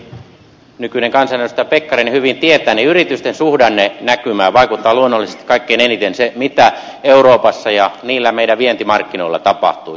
niin kuin entinen elinkeinoministeri nykyinen kansanedustaja pekkarinen hyvin tietää yritysten suhdannenäkymään vaikuttaa luonnollisesti kaikkein eniten se mitä euroopassa ja niillä meidän vientimarkkinoilla tapahtuu